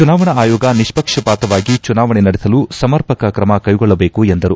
ಚುನಾವಣಾ ಆಯೋಗ ನಿಪ್ಪಕ್ಷಪಾತವಾಗಿ ಚುನಾವಣೆ ನಡೆಸಲು ಸಮರ್ಪಕ ಕ್ರಮ ಕೈಗೊಳ್ಳಬೇಕು ಎಂದರು